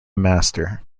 master